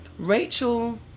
Rachel